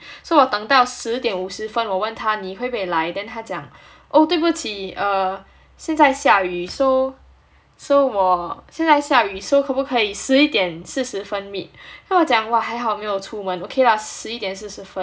so 我等到十点五十分我问她你会不会来他讲 oh 对不起 err 现在下雨 so so 我现在下雨 so 可不可以十一点四十分 meet then 我讲 !wah! 还好没有出门 okay lah 十一点四十分